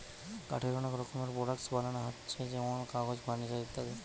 কাঠের অনেক রকমের প্রোডাক্টস বানানা হচ্ছে যেমন কাগজ, ফার্নিচার ইত্যাদি